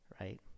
right